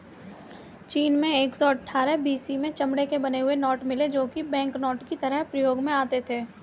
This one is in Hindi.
चीन में एक सौ अठ्ठारह बी.सी में चमड़े के बने हुए नोट मिले है जो की बैंकनोट की तरह प्रयोग में आते थे